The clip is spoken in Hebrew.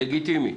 לגיטימי.